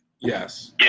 Yes